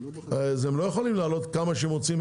הם לא יכולים להעלות כמה שהם רוצים,